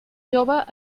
jove